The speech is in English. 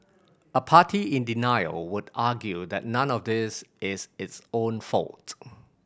a party in denial would argue that none of this is its own fault